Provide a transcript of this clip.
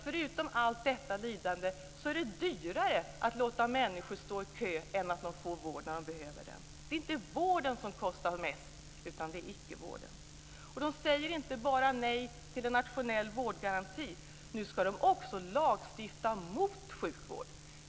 Förutom allt lidande är det dyrare att låta människor stå i kö än att de får vård när de behöver vård. Det är inte vården som kostar mest utan icke-vården. Socialdemokraterna säger inte bara nej till en nationell vårdgaranti. Nu ska de också lagstifta mot sjukvård.